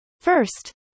First